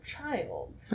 child